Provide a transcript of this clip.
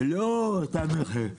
ללא תו נכה,